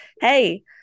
Hey